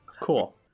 Cool